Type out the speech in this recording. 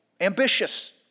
ambitious